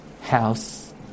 house